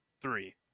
three